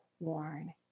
Worn